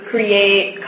create